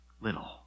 little